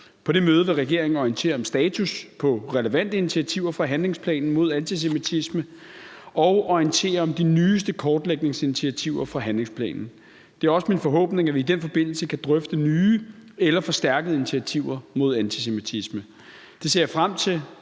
På det møde vil regeringen orientere om status på relevante initiativer fra handlingsplanen mod antisemitisme og orientere om de nyeste kortlægningsinitiativer fra handlingsplanen. Det er også min forhåbning, at vi i den forbindelse kan drøfte nye eller forstærkede initiativer mod antisemitisme. Det ser jeg frem til,